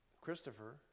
Christopher